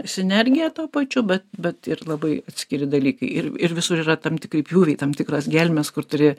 sinergija tuo pačiu bet bet ir labai atskiri dalykai ir ir visur yra tam tikri pjūviai tam tikros gelmės kur turi